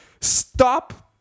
Stop